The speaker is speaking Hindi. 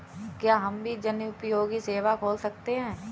क्या हम भी जनोपयोगी सेवा खोल सकते हैं?